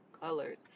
colors